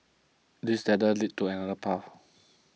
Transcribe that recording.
this ladder leads to another path